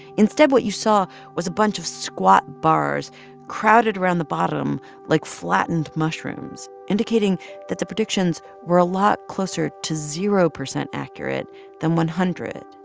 instead, what you saw was a bunch of squat bars crowded around the bottom like flattened mushrooms, indicating that the predictions were a lot closer to zero percent accurate than one hundred.